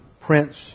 Prince